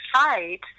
fight